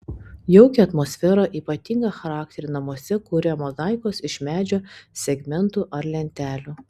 jaukią atmosferą ypatingą charakterį namuose kuria mozaikos iš medžio segmentų ar lentelių